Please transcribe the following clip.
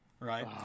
Right